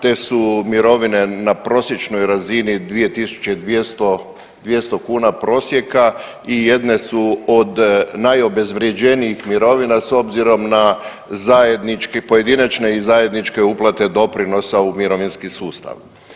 Te su mirovine na prosječnoj razini 2200 kuna prosjeka i jedne su od najobezvrijeđenijih mirovina s obzirom na zajedničke pojedinačne i zajedničke uplate doprinosa u mirovinski sustav.